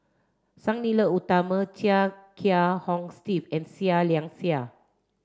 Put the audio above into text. Sang Nila Utama Chia Kiah Hong Steve and Seah Liang Seah